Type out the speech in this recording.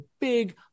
big